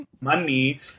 money